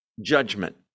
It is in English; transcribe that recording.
judgment